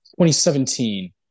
2017